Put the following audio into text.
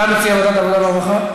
אתה מציע ועדת העבודה והרווחה?